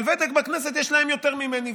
אבל ותק בכנסת יש להם יותר ממני,